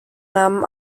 nahmen